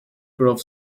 grove